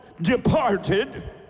departed